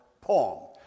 poem